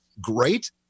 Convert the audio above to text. great